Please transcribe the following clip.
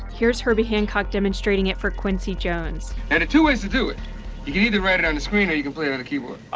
here's herbie hancock demonstrating it for quincy jones. and there's two ways to do it you can either write it on the screen or you can play it on a keyboard.